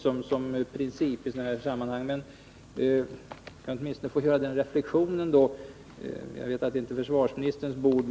Men jag vill bara göra en reflexion över något som jag vet inte är försvarsministerns bord.